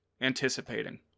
anticipating